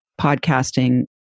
podcasting